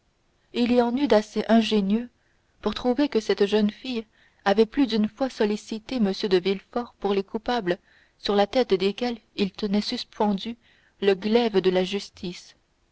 il y en eut d'assez ingénieux pour trouver que cette jeune fille avait plus d'une fois sollicité m de villefort pour les coupables sur la tête desquels il tenait suspendu le glaive de la justice